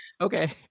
okay